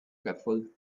careful